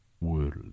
world